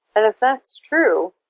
and if that's true,